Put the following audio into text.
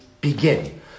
begin